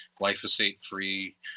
glyphosate-free